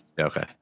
Okay